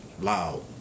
loud